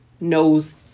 knows